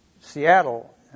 Seattle